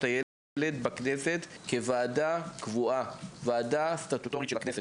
הילד בכנסת כוועדה קבועה, ועדה סטטוטורית של כנסת.